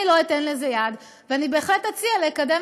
אני לא אתן לזה יד ובהחלט אציע לקדם